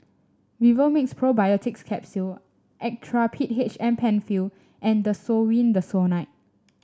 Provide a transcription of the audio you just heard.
Vivomixx Probiotics Capsule Actrapid H M Penfill and Desowen Desonide